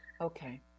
Okay